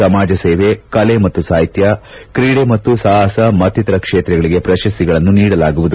ಸಮಾಜಸೇವೆ ಕಲೆ ಮತ್ತು ಸಾಹಿತ್ಯ ಕ್ರೀಡೆ ಮತ್ತು ಸಾಹಸ ಮತ್ತಿತರ ಕ್ಷೇತ್ರಗಳಿಗೆ ಪ್ರಶಸ್ತಿಗಳನ್ನು ನೀಡಲಾಗುವುದು